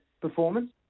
performance